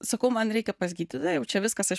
sakau man reikia pas gydytoją jau čia viskas aš